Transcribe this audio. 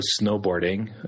snowboarding